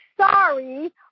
sorry